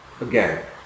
Again